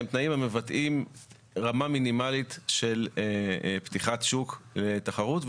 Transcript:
הם תנאים המבטאים רמה מינימלית של פתיחת שוק לתחרות.